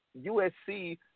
USC